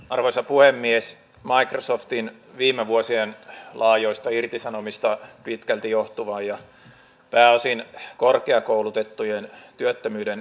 arvoisa puhemies maidossa ostin viime vuosien laajoista irtisanomisista pitkälti johtuvaanja pääosin korkeakoulutettujen työttömyyden